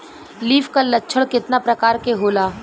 Leaf curl लक्षण केतना परकार के होला?